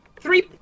three